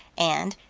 and,